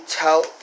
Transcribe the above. tell